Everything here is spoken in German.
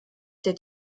der